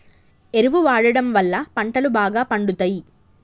ఎరువు వాడడం వళ్ళ పంటలు బాగా పండుతయి